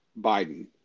Biden